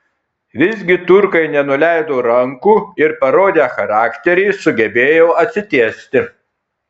visgi turkai nenuleido rankų ir parodę charakterį sugebėjo atsitiesti